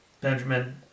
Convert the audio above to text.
Benjamin